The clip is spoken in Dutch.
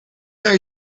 naar